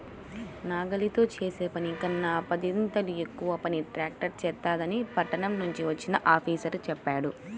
నాగలితో చేసే పనికన్నా పదొంతులు ఎక్కువ పని ట్రాక్టర్ చేత్తదని పట్నం నుంచి వచ్చిన ఆఫీసరు చెప్పాడు